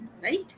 Right